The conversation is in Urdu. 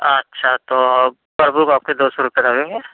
اچھا تو پر بک آپ کے دو سو روپے لگیں گے